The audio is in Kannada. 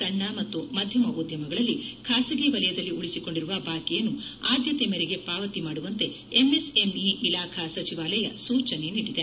ಸಣ್ಣ ಮತ್ತು ಮಧ್ಯಮ ಉದ್ಯಮಗಳಲ್ಲಿ ಖಾಸಗಿ ವಲಯದಲ್ಲಿ ಉಳಿಸಿಕೊಂಡಿರುವ ಬಾಕಿಯನ್ನು ಆದ್ನತೆ ಮೇರೆಗೆ ಪಾವತಿ ಮಾಡುವಂತೆ ಎಂಎಸ್ಎಂಇ ಇಲಾಖಾ ಸಚಿವಾಲಯ ಸೂಚನೆ ನೀಡಿದೆ